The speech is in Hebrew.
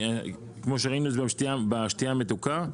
כמו שראינו את זה גם בשתייה המתוקה,